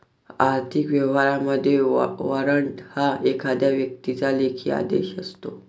आर्थिक व्यवहारांमध्ये, वॉरंट हा एखाद्या व्यक्तीचा लेखी आदेश असतो